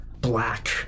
black